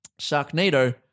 Sharknado